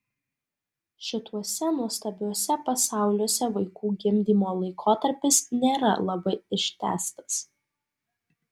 šituose nuostabiuose pasauliuose vaikų gimdymo laikotarpis nėra labai ištęstas